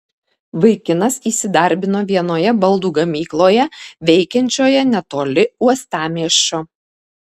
vaikinas įsidarbino vienoje baldų gamykloje veikiančioje netoli uostamiesčio